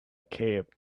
cape